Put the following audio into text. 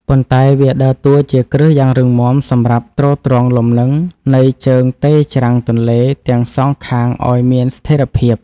ប៉ុន្តែវាដើរតួជាគ្រឹះយ៉ាងរឹងមាំសម្រាប់ទ្រទ្រង់លំនឹងនៃជើងទេរច្រាំងទន្លេទាំងសងខាងឱ្យមានស្ថិរភាព។